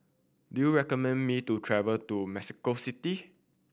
do you recommend me to travel to Mexico City